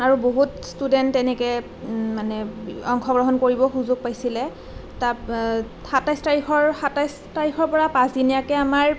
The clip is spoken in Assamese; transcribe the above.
আৰু বহুত ষ্টুডেণ্ট তেনেকৈ মানে অংশগ্ৰহণ কৰিব সুযোগ পাইছিলে তাত সাতাইছ তাৰিখৰ সাতাইছ তাৰিখৰ পৰা পাঁচদিনীয়াকৈ আমাৰ